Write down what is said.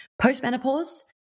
Post-menopause